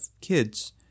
kids